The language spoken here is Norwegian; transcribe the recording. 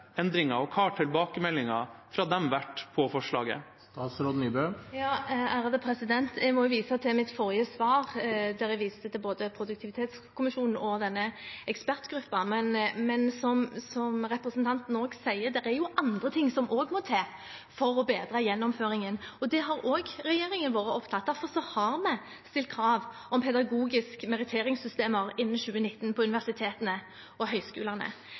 og hva har tilbakemeldingen på forslaget vært fra dem? Jeg må vise til mitt forrige svar, der jeg viste til både Produktivitetskommisjonen og denne ekspertgruppen. Men som representanten også sier: Det er andre ting som også må til for å bedre gjennomføringen. Det har også regjeringen vært opptatt av. Derfor har vi stilt krav om pedagogiske meritteringssystemer innen 2019 på universitetene og høyskolene.